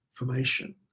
information